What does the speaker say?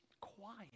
quiet